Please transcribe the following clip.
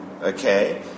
okay